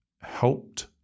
helped